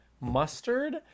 mustard